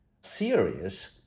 serious